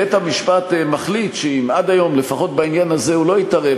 בית-המשפט מחליט שאם עד היום לפחות בעניין הזה הוא לא התערב,